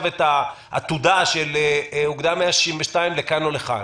את העתודה של אוגדה 162 לכאן או לכאן.